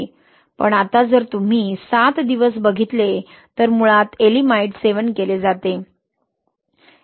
पण आता जर तुम्ही 7 दिवस बघितले तर मुळात येएलिमाइट सेवन केले जाते तेथे येएलिमाइट नाही